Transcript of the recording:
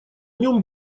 нем